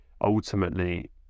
ultimately